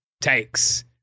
takes